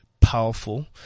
powerful